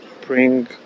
bring